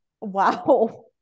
wow